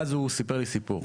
ואז הוא סיפר לי סיפור.